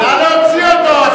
נא להוציא אותו.